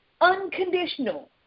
unconditional